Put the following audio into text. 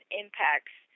impacts